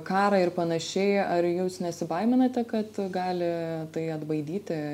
karą ir panašiai ar jūs nesibaiminate kad gali tai atbaidyti